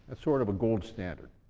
sort of a gold standard.